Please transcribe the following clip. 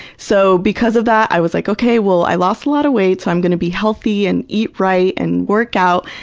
so because of that, i was like, okay, well, i lost a lot of weight, so i'm gonna be healthy and eat right and work out,